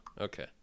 okay